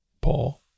Paul